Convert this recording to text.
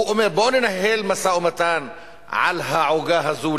הוא אומר: בואו ננהל משא-ומתן על העוגה הזו,